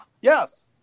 Yes